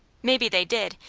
maybe they did,